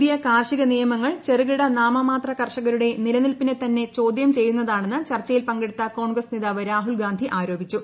പുതിയ കാർഷിക നിയമങ്ങൾ ചെറുകിട നാമമാത്ര കർഷകരുടെ നിലനിൽപ്പിനെ തന്നെ ചോദ്യം ചെയ്യുന്നതാണെന്ന് ചർച്ചയിൽ പങ്കെടുത്ത ്കോൺഗ്രസ് നേതാവ് രാഹുൽ ഗാന്ധി ആരോപിച്ചു